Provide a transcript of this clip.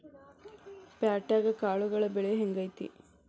ಪ್ಯಾಟ್ಯಾಗ್ ಕಾಳುಗಳ ಬೆಲೆ ಹೆಂಗ್ ಐತಿ?